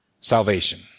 salvation